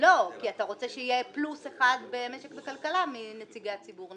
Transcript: כי אתה רוצה שיהיה פלוס אחד במשק וכלכלה מנציגי הציבור,